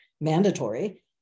mandatory